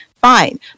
fine